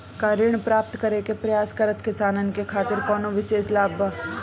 का ऋण प्राप्त करे के प्रयास करत किसानन के खातिर कोनो विशेष लाभ बा